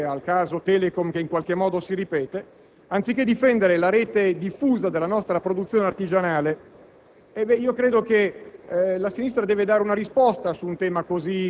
oligopolistici; penso alla storia che si ripete, al caso Telecom, che in qualche modo si ripete - anziché difendere la rete diffusa della nostra produzione artigianale.